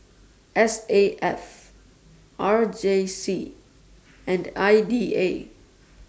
S A F R J C and I D A